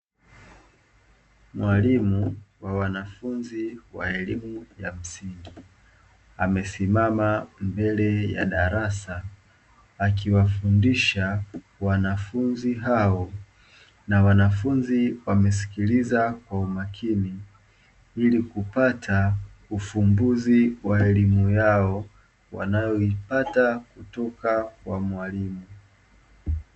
Mwalimu wa wanafunzi wa elimu ya msingi akiwa amesimama mbele ya darasa akiwafundisha wanafunzi hao na wanafunzi wanasikiliza kwa umakini ili kupata ufumbuzi wa elimu yao wanayoipata kutoka kwa mwalimu.